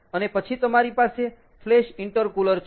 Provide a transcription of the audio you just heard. અને પછી તમારી પાસે ફ્લેશ ઇન્ટરકુલર છે